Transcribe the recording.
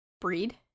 breed